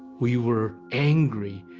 we were angry.